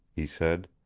he said.